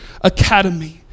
Academy